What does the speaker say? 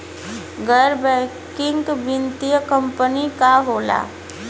गैर बैकिंग वित्तीय कंपनी का होला?